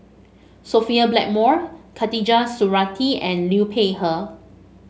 Sophia Blackmore Khatijah Surattee and Liu Peihe